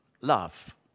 love